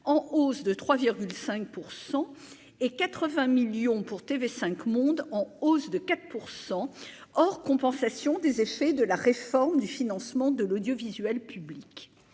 en hausse de 3,5 pour 100 et 80 millions pour TV5 Monde en hausse de 4 % or compensation des effets de la réforme du financement de l'audiovisuel public,